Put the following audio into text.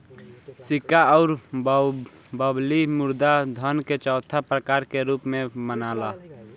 सिक्का अउर बबली मुद्रा धन के चौथा प्रकार के रूप में मनाला